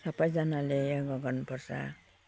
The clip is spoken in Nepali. सबैजनाले योगा गर्नुपर्छ